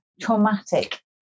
traumatic